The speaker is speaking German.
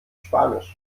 spanisch